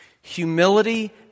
humility